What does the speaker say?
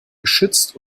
geschützt